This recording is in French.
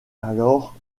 alors